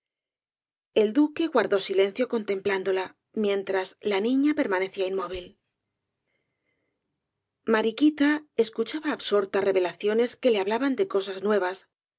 el duque guardó silencio contemplándola mientras la niña permanecía inmóvil mariquita escuchaba absorta revelaciones que le hablaban de cosas nuevas de